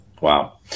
Wow